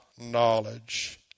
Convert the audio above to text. knowledge